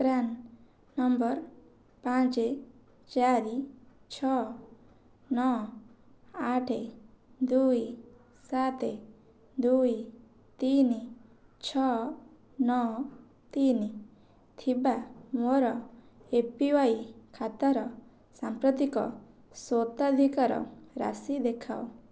PRAN number ପାଞ୍ଚ ଚାରି ଛଅ ନଅ ଆଠ ଦୁଇ ସାତ ଦୁଇ ତିନି ଛଅ ନଅ ତିନି ଥିବା ମୋର ଏ ପି ୱାଇ ଖାତାର ସାମ୍ପ୍ରତିକ ସ୍ୱତ୍ୱାଧିକାର ରାଶି ଦେଖାଅ